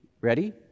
ready